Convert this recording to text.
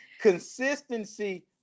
Consistency